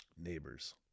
Neighbors